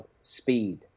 speed